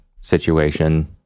situation